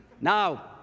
now